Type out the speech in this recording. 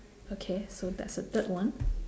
okay so that's a third one